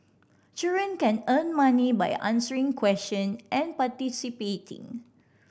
children can earn money by answering question and participating